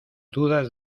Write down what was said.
dudas